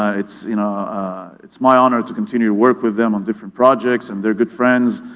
ah it's you know it's my honor to continue work with them on different projects and they're good friends,